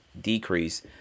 decrease